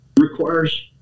requires